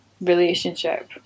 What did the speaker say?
relationship